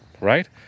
right